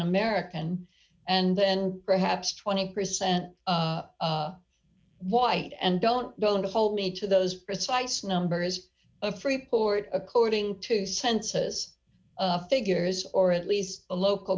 american and then perhaps twenty percent white and don't don't hold me to those precise numbers of freeport according to census figures or at least a local